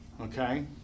okay